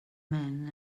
men